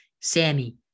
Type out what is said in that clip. Sammy